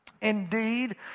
Indeed